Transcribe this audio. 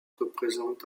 représente